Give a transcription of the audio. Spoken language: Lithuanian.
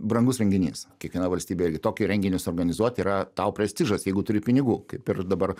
brangus renginys kiekviena valstybė irgi tokį renginį suorganizuot yra tau prestižas jeigu turi pinigų kaip ir dabar